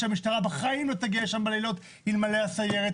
שהמשטרה לא תגיע לשם בלילות אלמלא הסיירת.